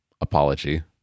apology